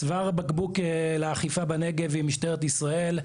צוואר הבקבוק לאכיפה בנגב היא משטרת ישראל,